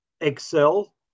Excel